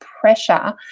pressure